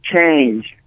change